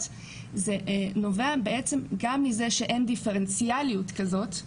זה נובע בעצם גם מזה שאין דיפרנציאליות כזאת,